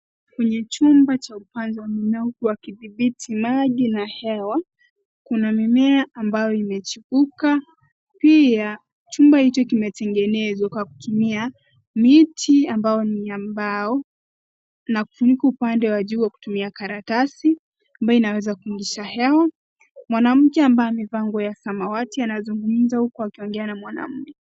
Kwenye chumba cha upanzi wa mimea huku wakidhibiti maji na hewa, kuna mimea ambayo imechipuka. Pia, chumba hicho kimetengenezwa kwa kutumia miti ambayo ni ya mbao na kufunikwa upande wa juu kwa kutumia karatasi ambayo inaweza kupitisha hewa. Mwanamke ambaye amevaa nguo ya samawati anazungumza huku akiongea na mwanaume.